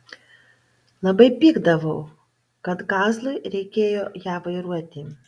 labai pykdavau kad kazlui reikėjo ją vairuoti